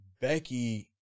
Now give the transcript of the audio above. Becky